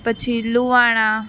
પછી લુહાણા